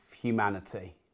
humanity